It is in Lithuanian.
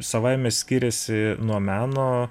savaime skiriasi nuo meno